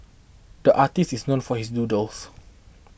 the artist is known for his doodles